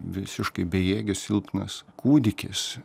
visiškai bejėgis silpnas kūdikis